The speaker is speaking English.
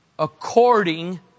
according